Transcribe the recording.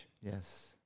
Yes